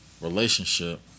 relationship